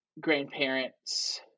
grandparents